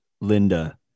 linda